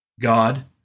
God